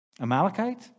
Amalekite